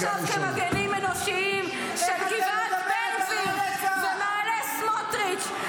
עכשיו כמגינים אנושיים של גבעת בן גביר ומעלה סמוטריץ'.